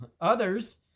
Others